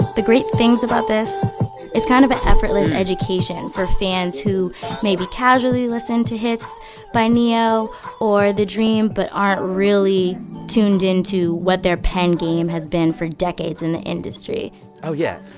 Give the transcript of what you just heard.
the great things about this it's kind of an effortless education for fans who maybe casually listen to hits by ne-yo or the-dream but aren't really tuned into what their pen game has been for decades in the industry oh, yeah.